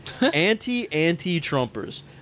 Anti-anti-Trumpers